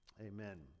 Amen